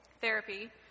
therapy